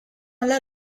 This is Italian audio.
alla